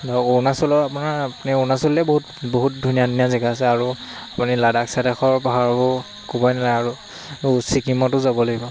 ধৰক অৰুণাচলৰ আপোনাৰ আপুনি অৰুণাচললৈ বহুত বহুত ধুনীয়া ধুনীয়া জেগা আছে আৰু আপুনি লাডাখ চাদাখৰ পাহাৰবোৰ ক'বই নালাগে আৰু ছিকিমতো যাব লাগিব